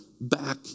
back